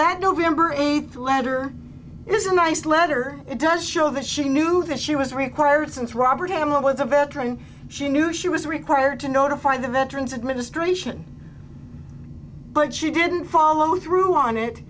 that november eighth letter is a nice letter it does show that she knew that she was required since robert hamill was a veteran she knew she was required to notify the veterans administration but she didn't follow through on it